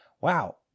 wow